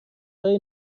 های